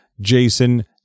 Jason